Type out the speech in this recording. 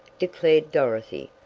declared dorothy.